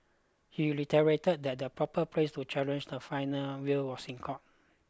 he reiterated that the proper place to challenge the final will was in court